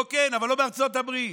פה כן, אבל לא בארצות הברית.